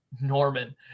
Norman